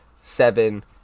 seven